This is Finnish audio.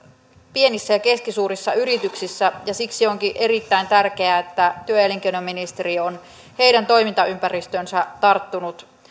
pienissä ja keskisuurissa yrityksissä ja siksi onkin erittäin tärkeää että työ ja elinkeinoministeriö on heidän toimintaympäristöönsä tarttunut